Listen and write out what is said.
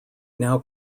now